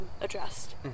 addressed